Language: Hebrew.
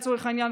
לצורך העניין,